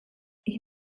ich